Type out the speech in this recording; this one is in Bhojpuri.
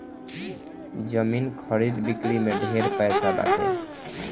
जमीन खरीद बिक्री में ढेरे पैसा बाटे